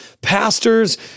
pastors